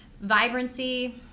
vibrancy